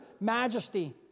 majesty